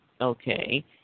okay